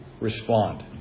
respond